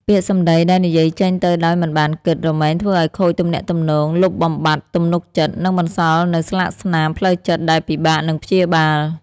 ពាក្យសម្ដីដែលនិយាយចេញទៅដោយមិនបានគិត រមែងធ្វើឱ្យខូចទំនាក់ទំនង លុបបំបាត់ទំនុកចិត្ត និងបន្សល់នូវស្លាកស្នាមផ្លូវចិត្តដែលពិបាកនឹងព្យាបាល។